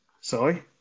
Sorry